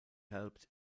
helped